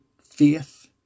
faith